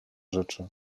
rzeczy